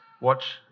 watch